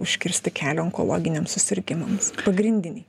užkirsti kelią onkologiniams susirgimams pagrindiniai